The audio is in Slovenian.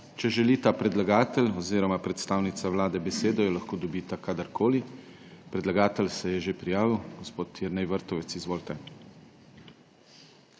Če želita, predlagatelj oziroma predstavnica Vlade besedo, jo lahko dobita kadarkoli. Predlagatelj se je že prijavil. Gospod Jernej Vrtovec, izvolite.